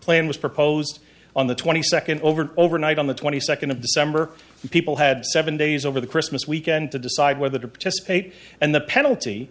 plan was proposed on the twenty second over overnight on the twenty second of december and people had seven days over the christmas weekend to decide whether to participate and the penalty